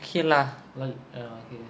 lah oh okay